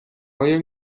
آیا